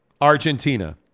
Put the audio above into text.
Argentina